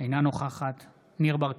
אינה נוכחת ניר ברקת,